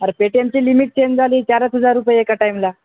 अरे पेटीएमची limit change झाली चारच हजार रुपये एका टायमला